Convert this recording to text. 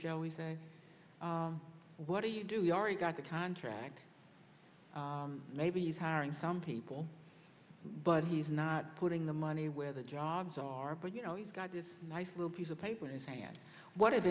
shall we say what do you do we already got the contract maybe he's hiring some people but he's not putting the money where the jobs are but you know he's got this nice little piece of paper in his hand what if